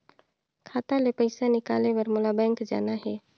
खाता ले पइसा निकाले बर मोला बैंक जाना हे?